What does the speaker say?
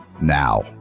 now